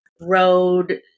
road